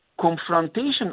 confrontation